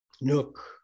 Nook